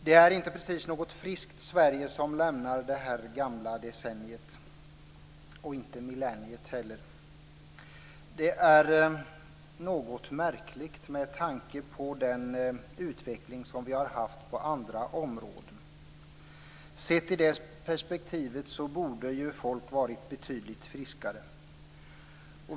Det är inte precis något friskt Sverige som lämnar det gamla decenniet, och inte millenniet heller. Det är något märkligt med tanke på den utveckling vi har haft på andra områden. Sett i det perspektivet borde folk ha varit betydligt friskare.